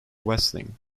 wrestling